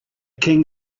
king